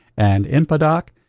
and inpadoc,